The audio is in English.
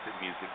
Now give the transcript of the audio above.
music